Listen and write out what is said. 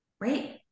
Right